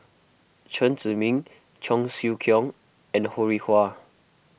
Chen Zhiming Cheong Siew Keong and Ho Rih Hwa